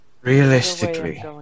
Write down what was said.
Realistically